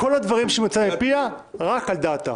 כל הדברים שהיא מוציאה מפיה הם רק על דעתה,